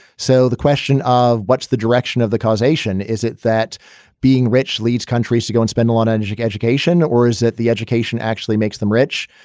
so the question of what's the direction of causation? is it that being rich leads countries to go and spend on energy, education, or is it the education actually makes them rich?